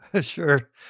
Sure